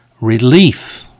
relief